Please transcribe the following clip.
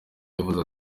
yavuze